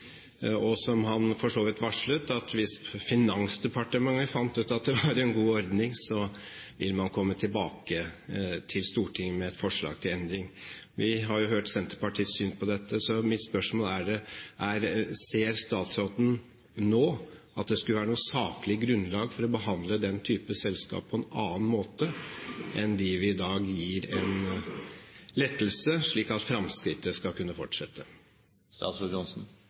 ansvarlige selskapene. Han varslet for så vidt at hvis Finansdepartementet fant ut at det var en god ordning, så ville man komme tilbake til Stortinget med et forslag til endring. Vi har hørt Senterpartiets syn på dette, så mitt spørsmål er: Ser statsråden nå at det skulle være noe saklig grunnlag for å behandle den type selskaper på en annen måte enn dem vi i dag gir lettelse, slik at fremskrittet skal kunne fortsette?